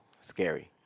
scary